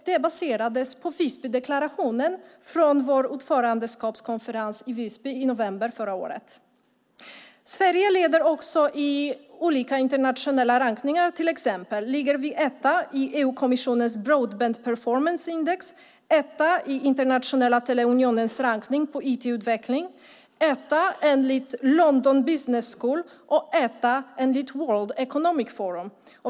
Den baserades på Visbydeklarationen från vår ordförandeskapskonferens i Visby i november förra året. Sverige leder också i olika internationella rankningar. Till exempel ligger vi etta i EU-kommissionens Broadband Performance Index, etta i Internationella teleunionens rankning av IT-utveckling, etta enligt London Business School och etta enligt World Economic Forum.